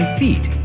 feet